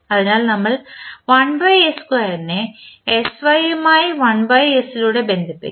അതിനാൽ നമ്മൾ 1 നെ sy മായി 1s ലൂടെ ബന്ധിപ്പിക്കും